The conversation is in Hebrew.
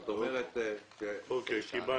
קיבלנו.